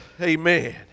amen